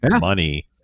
money